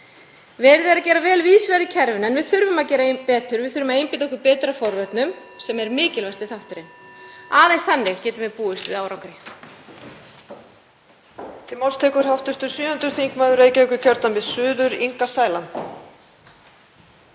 Verið er að gera vel víðs vegar í kerfinu en við þurfum að gera betur. Við þurfum að einbeita okkur betur að forvörnum sem eru mikilvægasti þátturinn. Aðeins þannig getum við búist við árangri.